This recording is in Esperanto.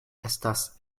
estas